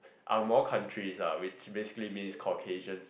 angmoh countries lah which basically means Caucasians